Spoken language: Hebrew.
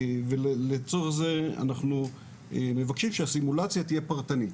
לצורך זה אנחנו מבקשים שהסימולציה תהיה פרטנית.